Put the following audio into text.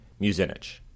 Muzinich